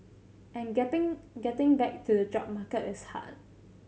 and getting back to the job market is hard